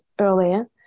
earlier